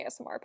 ASMR